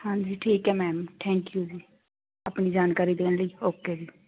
ਹਾਂਜੀ ਠੀਕ ਹੈ ਮੈਮ ਥੈਂਕ ਯੂ ਜੀ ਆਪਣੀ ਜਾਣਕਾਰੀ ਦੇਣ ਲਈ ਓਕੇ ਜੀ